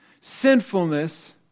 sinfulness